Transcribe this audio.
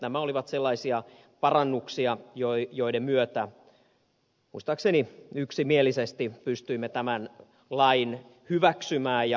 nämä olivat sellaisia parannuksia joiden myötä muistaakseni yksimielisesti pystyimme tämän lain hyväksymään ja eteenpäin menemään